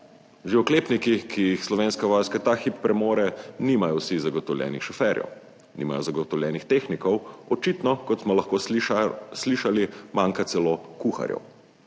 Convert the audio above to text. vsi oklepniki, ki jih Slovenska vojska ta hip premore, nimajo zagotovljenih šoferjev, nimajo zagotovljenih tehnikov, očitno, kot smo lahko slišali, manjka celo kuharjev,